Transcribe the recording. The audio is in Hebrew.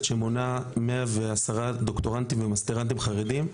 שמונה כ-110 דוקטורנטים ומסטרנטים חרדים,